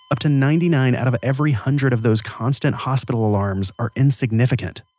up to ninety nine out of every hundred of those constant hospital alarms are insignificant.